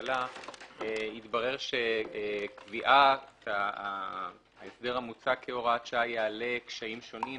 הממשלה התברר שקביעת ההסדר המוצע כהוראת שעה יעלה קשיים שונים,